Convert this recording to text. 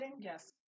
Yes